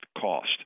cost